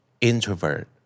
introvert